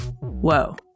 whoa